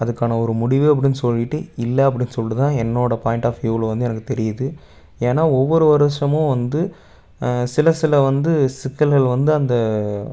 அதுக்கான ஒரு முடிவு அப்படின்னு சொல்லிட்டு இல்லை அப்படின்னு சொல்லிட்டு தான் என்னோடய பாயிண்டாஃபியூவில் வந்து எனக்கு தெரியுது ஏன்னா ஒவ்வொரு வருடமும் வந்து சில சில வந்து சிக்கல்கள் வந்து அந்த